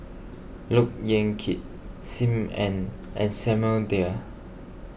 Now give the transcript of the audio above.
Look Yan Kit Sim Ann and Samuel Dyer